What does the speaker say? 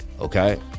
okay